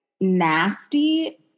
nasty